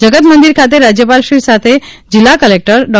જગતમંદિર ખાતે રાજયપાલશ્રી સાથે જિલ્લાખ કલેકટર ડો